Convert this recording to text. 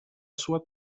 sua